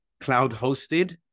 cloud-hosted